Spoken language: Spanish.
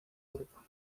grupo